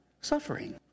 suffering